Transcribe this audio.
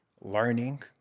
learning